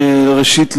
ראשית,